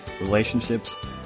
relationships